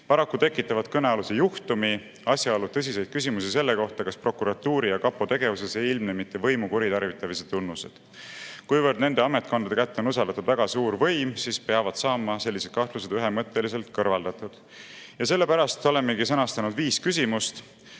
Paraku tekitavad kõnealuse juhtumi asjaolud tõsiseid küsimusi selle kohta, kas prokuratuuri ja kapo tegevuses ei ilmne mitte võimu kuritarvitamise tunnused. Kuna nende ametkondade kätte on usaldatud väga suur võim, peavad sellised kahtlused saama ühemõtteliselt kõrvaldatud. Sellepärast olemegi sõnastanud viis küsimust.